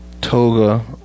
Toga